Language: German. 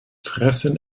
fressen